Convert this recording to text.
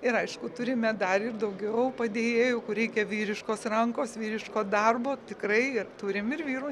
ir aišku turime dar ir daugiau padėjėjų kur reikia vyriškos rankos vyriško darbo tikrai ir turim ir vyrų